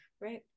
Right